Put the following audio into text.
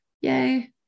yay